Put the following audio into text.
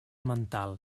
mental